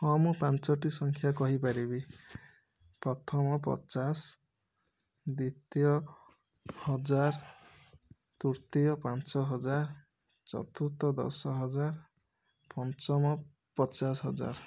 ହଁ ମୁଁ ପାଞ୍ଚଟି ସଂଖ୍ୟା କହିପାରିବି ପ୍ରଥମ ପଚାଶ ଦିତୀୟ ହଜାର ତୃତୀୟ ପାଞ୍ଚ ହଜାର ଚତୁର୍ଥ ଦଶ ହଜାର ପଞ୍ଚମ ପଚାଶ ହଜାର